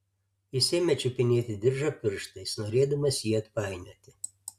jis ėmė čiupinėti diržą pirštais norėdamas jį atpainioti